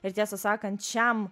ir tiesą sakant šiam